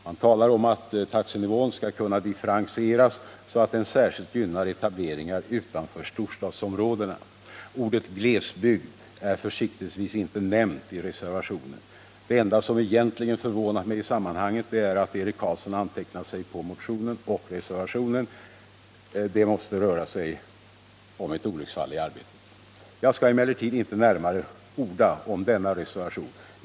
Man talar om att taxenivån skulle kunna differentieras så att den särskilt gynnar etableringar utanför storstadsområdena. Ordet glesbygd är försiktigtvis inte nämnt i reservationen. Det enda som egentligen förvånat mig i sammanhanget är att Eric Carlsson skrivit under motionen och reservationen. Det måste röra sig om ett olycksfall i arbetet. Jag skall emellertid inte närmare orda om denna reservation.